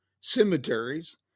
cemeteries